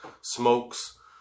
smokes